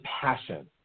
passion